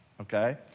Okay